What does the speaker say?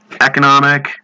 economic